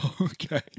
Okay